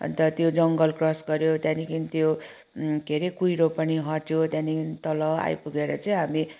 अन्त त्यो जङ्गल क्रस गऱ्यो त्यहाँदेखि त्यो के अरे कुहिरो पनि हट्यो त्यहाँदेखि तल आइपुगेर चाहिँ हामी